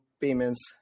payments